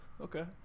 Okay